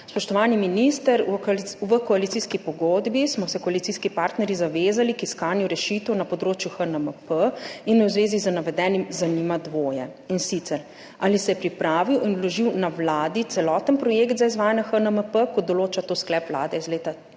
Spoštovani minister, v koalicijski pogodbi smo se koalicijski partnerji zavezali k iskanju rešitev na področju HNMP in me v zvezi z navedenim zanima dvoje, in sicer: Ali se je pripravil in vložil na Vladi celoten projekt za izvajanje HNMP, kot to določa sklep Vlade iz leta 2021?